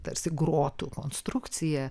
tarsi grotų konstrukcija